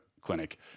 clinic